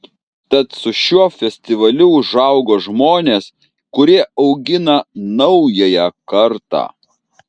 tad su šiuo festivaliu užaugo žmonės kurie augina naująją kartą